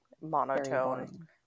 monotone